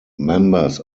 members